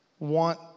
want